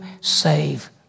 save